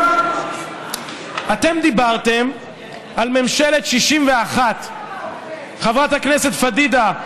אתם דיברתם על ממשלת 61. חברת הכנסת פדידה,